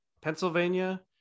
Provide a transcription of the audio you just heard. pennsylvania